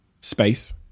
space